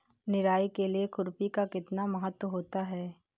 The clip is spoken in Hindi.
निराई के लिए खुरपी का कितना महत्व होता है?